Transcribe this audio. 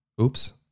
Oops